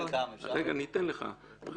--- רגע, אני אתן לך.